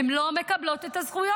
הן לא מקבלות את הזכויות.